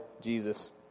Jesus